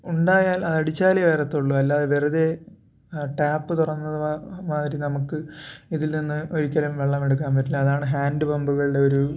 ഉണ്ടായാൽ അത് അടിച്ചാലേ വരത്തുള്ളു അല്ലാതെ വെറുതെ ടാപ്പ് തുറന്നത് മാതിരി നമുക്ക് ഇതിൽ നിന്നും ഒരിക്കലും വെള്ളം എടുക്കാൻ പറ്റില്ല അതാണ് ഹാൻ്റ് പമ്പുകളുടെ ഒരു